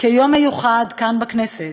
כיום מיוחד כאן, בכנסת,